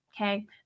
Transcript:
Okay